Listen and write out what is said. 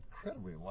incredibly